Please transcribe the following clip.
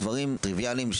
דברים טריוויאליים,